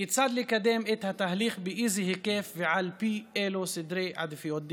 כיצד לקדם את התהליך באיזה היקף ועל פי אילו סדרי עדיפויות".